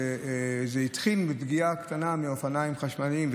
שזה התחיל מפגיעה קטנה מאופניים חשמליים.